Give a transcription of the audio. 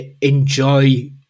enjoy